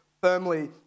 firmly